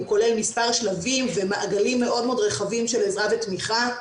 הוא כולל מספר שלבים ומעגלים מאוד רחבים של עזרה ותמיכה.